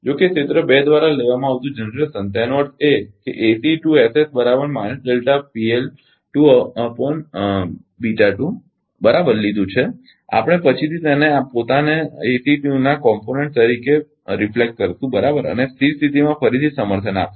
જો કે ક્ષેત્ર 2 દ્વારા લેવામાં આવતુ જનરેશન એનો અર્થ એ કે બરાબર લીધું છે આપણે પછીથી તેને પોતાને ACE 2 ના ઘટક તરીકે પ્રતિબિંબિત કરીશું બરાબર અને સ્થિર સ્થિતિમાં ફરીથી સમર્થન આપીશું